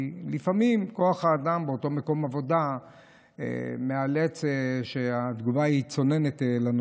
כי לפעמים כוח האדם באותו מקום עבודה מאלץ שהתגובה לנושא הזה צוננת.